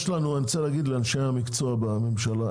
אני רוצה להגיד לאנשי המקצוע בממשלה,